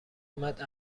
اومد